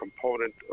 component